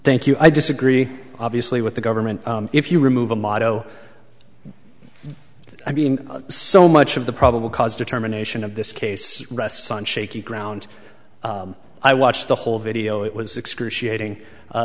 thank you i disagree obviously with the government if you remove a motto i mean so much of the probable cause determination of this case rests on shaky ground i watched the whole video it was excruciating